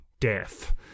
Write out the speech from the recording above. death